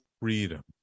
freedom